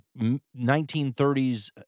1930s